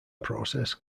process